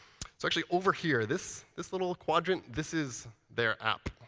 it's actually over here. this this little quadrant, this is their app.